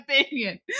opinion